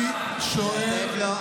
אני שואל אתכם שאלה.